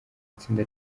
itsinda